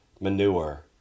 manure